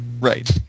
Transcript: Right